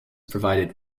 provided